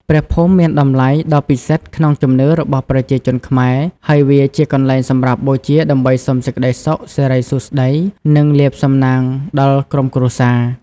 ព្រះភូមិមានតម្លៃដ៏ពិសិដ្ឋក្នុងជំនឿរបស់ប្រជាជនខ្មែរ ហើយវាជាកន្លែងសម្រាប់បូជាដើម្បីសុំសេចក្តីសុខ សិរីសួស្តី និងលាភសំណាងដល់ក្រុមគ្រួសារ។